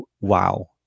wow